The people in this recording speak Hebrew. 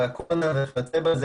התהליך מעט התעכב.